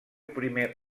primer